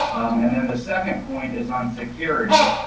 and then the second point is on security.